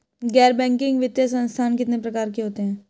गैर बैंकिंग वित्तीय संस्थान कितने प्रकार के होते हैं?